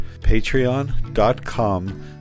patreon.com